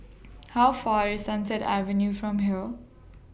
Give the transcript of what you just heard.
How Far away IS Sunset Avenue from here